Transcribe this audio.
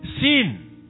sin